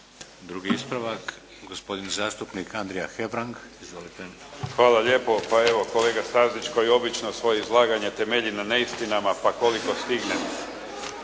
Drugi ispravak gospodin zastupnik Andrija Hebrang. Izvolite. **Hebrang, Andrija (HDZ)** Hvala lijepo. Pa evo, kolega Stazić kao i obično svoje izlaganje temelji na neistinama pa koliko stignem.